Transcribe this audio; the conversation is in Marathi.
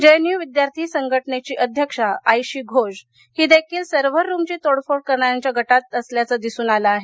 जेएनयू विद्यार्थी संघटनेची अध्यक्ष आईशी घोष ही देखील सर्व्हर रूमची तोडफोड करणाऱ्यांच्या गटात असल्याचे दिसून आले आहे